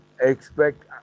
expect